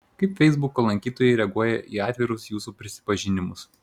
kaip feisbuko lankytojai reaguoja į atvirus jūsų prisipažinimus